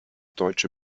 deutsche